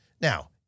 Now